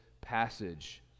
passage